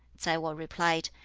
tsai wo replied,